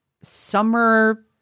summer